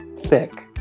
thick